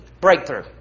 breakthrough